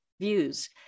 views